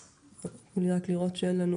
פה-אחד.